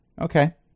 Okay